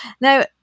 Now